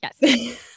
yes